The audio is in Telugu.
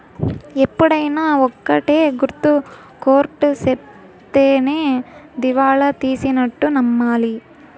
ఎప్పుడైనా ఒక్కటే గుర్తు కోర్ట్ సెప్తేనే దివాళా తీసినట్టు నమ్మాలి